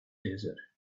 desert